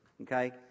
okay